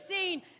seen